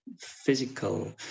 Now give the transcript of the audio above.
physical